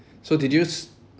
so did you s~